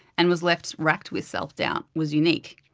and was left wracked with self-doubt, was unique.